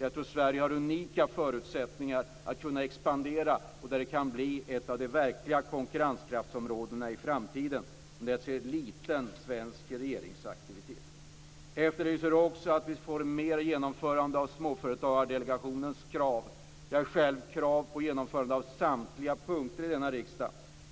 Jag tror att Sverige har unika förutsättningar för att kunna expandera på detta som kommer att bli ett av de verkligt konkurrenskraftiga områdena i framtiden. Men där ser jag liten svenska regeringsaktivitet. Jag efterlyser mer genomförande av Småföretagsdelegationens krav. Jag har själv i denna riksdag framställt krav på genomförande av samtliga punkter,